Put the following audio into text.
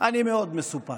אני מאוד מסופק.